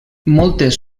moltes